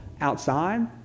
outside